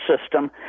system